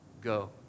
go